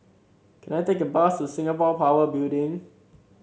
can I take a bus to Singapore Power Building